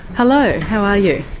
hello, how are you?